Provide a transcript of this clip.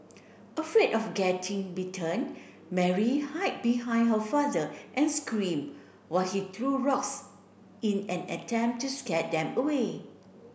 afraid of getting bitten Mary hide behind her father and scream while he threw rocks in an attempt to scare them away